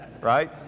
right